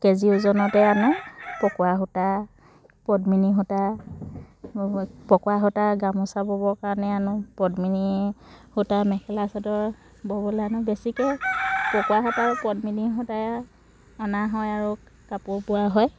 KG ওজনতে আনো পকোৱা সূতা পদ্মিনী সূতা পকোৱা সূতাৰ গামোচা ব'বৰ কাৰণে আনো পদ্মিনী সূতা মেখেলা চাদৰ ব'বলে আনো বেছিকে পকোৱা সূতা আৰু পদ্মিনী সূতাই অনা হয় আৰু কাপোৰ বোৱা হয়